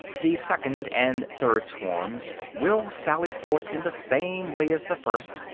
the second and third swarms will sally forth in the same way as the first,